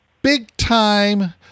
big-time